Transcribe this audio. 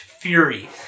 Fury